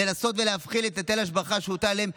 לנסות ולהפחית את היטל ההשבחה שהוטל עליהם,